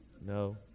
no